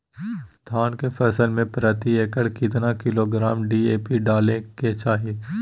धान के फसल में प्रति एकड़ कितना किलोग्राम डी.ए.पी डाले के चाहिए?